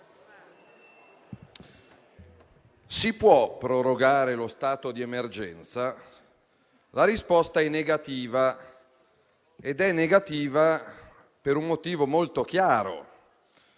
Si può prorogare lo stato di emergenza? La risposta è negativa e lo è per un motivo molto chiaro,